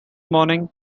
morning